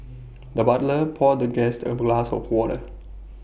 the butler poured the guest A brass of water